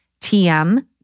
TM